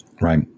Right